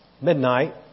midnight